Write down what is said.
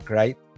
right